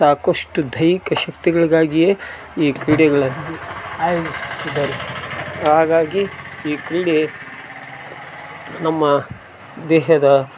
ಸಾಕಷ್ಟು ದೈಹಿಕ ಶಕ್ತಿಗಳಿಗಾಗಿಯೆ ಈ ಕ್ರೀಡೆಗಳನ್ನು ಆಯೋಜಿಸುತ್ತಿದ್ದರು ಹಾಗಾಗಿ ಈ ಕ್ರೀಡೆ ನಮ್ಮ ದೇಹದ